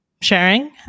sharing